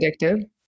addictive